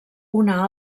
una